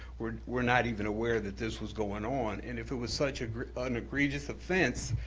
were were not even aware that this was going on. and if it was such an egregious offense,